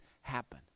happen